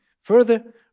further